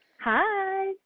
Hi